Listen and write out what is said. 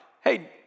hey